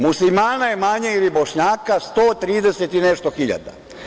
Muslimana je manje, ili Bošnjaka, 130 i nešto hiljada.